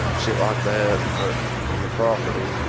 shit like that and the property.